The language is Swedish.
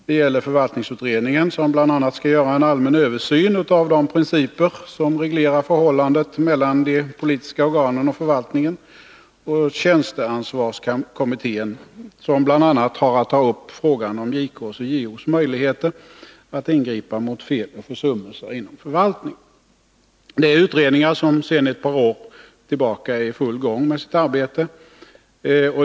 Det gäller förvaltningsutredningen, som bl.a. skall göra en allmän översyn av de priciper som reglerar förhållandet mellan de politiska organen och förvaltningen, och tjänsteansvarskommittén, som bl.a. har att ta upp frågan om JK:s och JO:s möjligheter att ingripa mot fel och försummelser inom förvaltningen. Det är utredningar som sedan ett par år tillbaka är i full gång med sitt arbete.